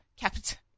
Capital